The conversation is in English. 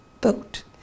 boat